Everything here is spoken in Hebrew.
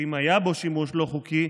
ואם היה בו שימוש לא חוקי,